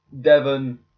Devon